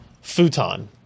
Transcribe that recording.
futon